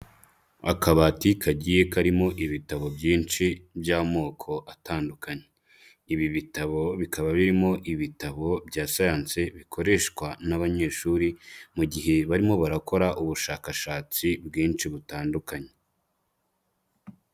Akabati kagiye karimo ibitabo byinshi by'amoko atandukanye. Ibi bitabo bikaba birimo ibitabo bya sayanse bikoreshwa n'abanyeshuri mu gihe barimo barakora ubushakashatsi bwinshi butandukanye.